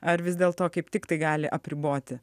ar vis dėlto kaip tiktai gali apriboti